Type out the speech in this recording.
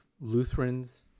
Lutherans